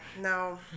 no